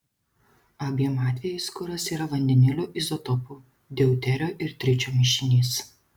abiem atvejais kuras yra vandenilio izotopų deuterio ir tričio mišinys